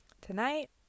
tonight